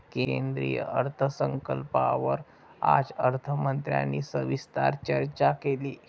केंद्रीय अर्थसंकल्पावर आज अर्थमंत्र्यांनी सविस्तर चर्चा केली